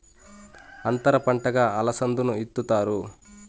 అంతర పంటగా అలసందను ఇత్తుతారు